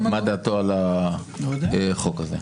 ולשאול מה דעתו על החוק הזה?